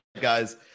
guys